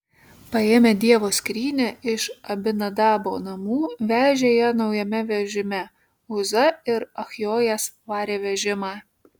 paėmę dievo skrynią iš abinadabo namų vežė ją naujame vežime uza ir achjojas varė vežimą